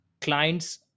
clients